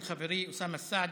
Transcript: של חברי אוסאמה סעדי,